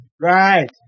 Right